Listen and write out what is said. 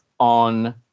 on